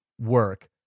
work